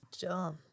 dumb